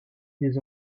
ils